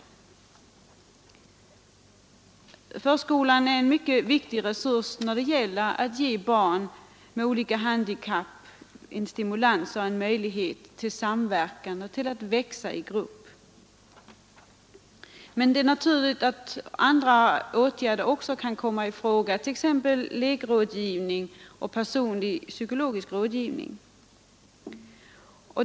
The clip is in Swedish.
Förskolan är en mycket viktig resurs när det gäller att ge barn med olika handikapp stimulans och möjlighet till samverkan och växande i grupp. Men det är naturligt att också andra åtgärder kan komma i fråga, t.ex. lekrådgivning och personlig psykologisk rådgivning.